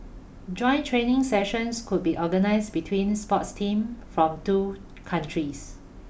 joint training sessions could be organized between sports team from two countries